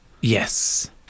Yes